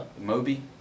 Moby